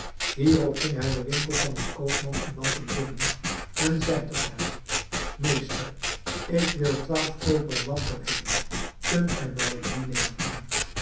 hierop ging hij den winkel van een koopman in lampen binnen en zei tot hem meester ik wilde twaalf koperen lampen hebben kunt ge mij die leveren